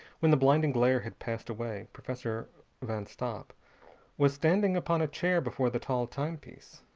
when the blinding glare had passed away, professor van stopp was standing upon a chair before the tall timepiece.